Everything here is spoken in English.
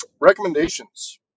Recommendations